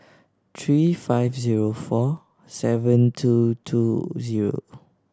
three five zero four seven two two zero